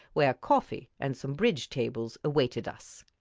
where coffee and some bridge tables awaited us.